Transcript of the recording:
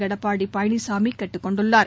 எடப்பாடி பழனிசாமி கேட்டுக்கொண்டுள்ளார்